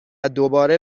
دوباره